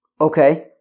Okay